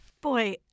Boy